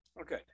Okay